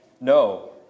No